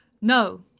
no